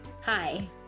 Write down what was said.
Hi